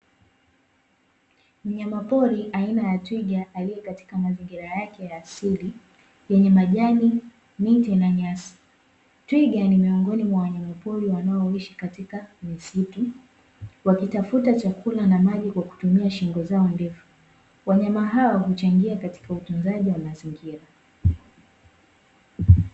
Mnyama pori aina ya twiga alie katika mazingira yake asili yenye majani miti na nyasi, Twiga ni miongoni mwa wanyama pori wanaoishi katika misitu wakitafuta chakula na maji kwa kutumia shingo zao ndefu, wanyama hao huchangia katika utunzaji wa mazingira.